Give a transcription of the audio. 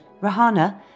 Rahana